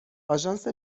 آژانس